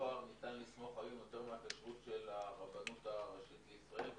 צהר ניתן לסמוך היום יותר מהכשרות של הרבנות הראשית בישראל,